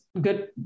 good